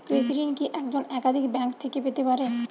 কৃষিঋণ কি একজন একাধিক ব্যাঙ্ক থেকে পেতে পারে?